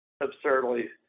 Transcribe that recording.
absurdly